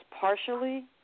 partially